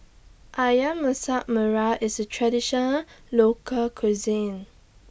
Ayam Masak Merah IS A Traditional Local Cuisine